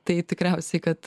tai tikriausiai kad